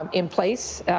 um in place.